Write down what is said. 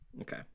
okay